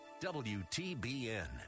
WTBN